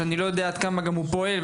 שאני גם לא יודע עד כמה הוא פועל.